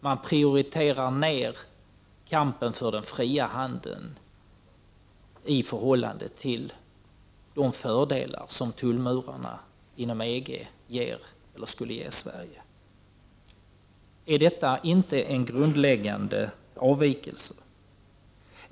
De prioriterar ned kampen för den fria handeln i förhållande till de fördelar som tullmurarna inom EG skulle ge Sverige. Är inte det en grundläggande avvikelse?